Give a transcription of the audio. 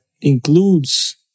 includes